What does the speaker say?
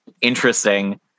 interesting